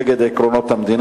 (זכאות של אזרחים ותיקים להטבות),